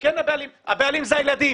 הבעלים זה הילדים.